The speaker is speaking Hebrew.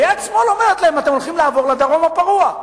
ויד שמאל אומרת להם: אתם הולכים לעבור לדרום הפרוע.